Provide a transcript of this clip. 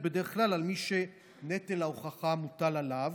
בדרך כלל על מי שנטל ההוכחה מוטל עליו.